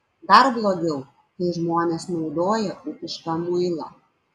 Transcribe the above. dar blogiau kai žmonės naudoja ūkišką muilą